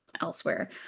elsewhere